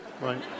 right